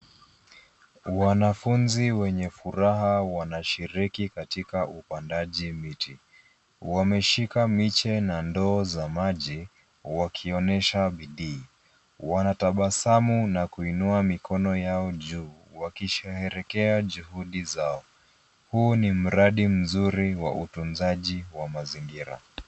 Wanafunzi wenye furaha wanashiriki katika upandaji miti. wameshika miche na ndoo za maji wakionyesha bidii. Wanatabasamu na kuinua mikono yao juu wakisherekea juhudi zao. Huu ni mradi mzuri wa utunzaji wa mazingira.